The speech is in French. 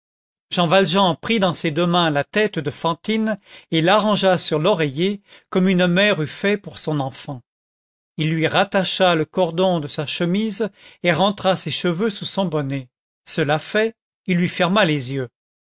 jean valjean prit dans ses deux mains la tête de fantine et l'arrangea sur l'oreiller comme une mère eût fait pour son enfant il lui rattacha le cordon de sa chemise et rentra ses cheveux sous son bonnet cela fait il lui ferma les yeux